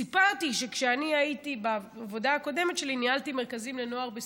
סיפרתי שבעבודה הקודמת שלי ניהלתי מרכזים לנוער בסיכון.